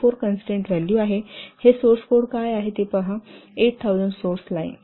94 constraint value आहे हे source code काय आहे ते पहा 8000 सोर्स लाईन